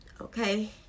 Okay